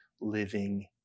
living